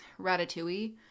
Ratatouille